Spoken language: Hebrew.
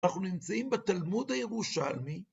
אנחנו נמצאים בתלמוד הירושלמי.